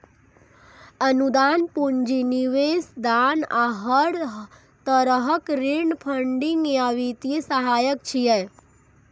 अनुदान, पूंजी निवेश, दान आ हर तरहक ऋण फंडिंग या वित्तीय सहायता छियै